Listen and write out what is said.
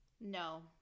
No